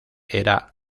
era